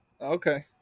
Okay